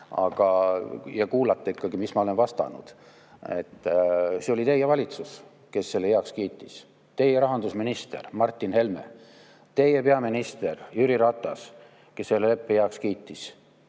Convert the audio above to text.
ära ja kuulata ikkagi, mis ma olen vastanud. See oli teie valitsus, kes selle heaks kiitis. Teie rahandusminister Martin Helme, teie peaminister Jüri Ratas, kes selle leppe heaks kiitis.